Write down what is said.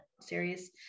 series